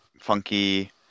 funky